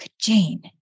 Jane